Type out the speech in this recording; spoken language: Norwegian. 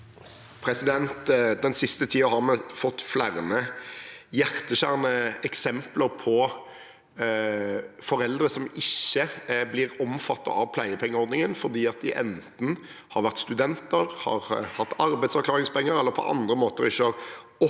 Den siste tiden har vi fått flere hjerteskjærende eksempler på foreldre som ikke blir omfattet av pleiepengeordningen, fordi de enten har vært studenter, har hatt arbeidsavklaringspenger eller på andre måter ikke har opptjent